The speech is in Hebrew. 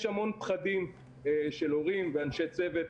יש המון פחדים של הורים ושל אנשי צוות.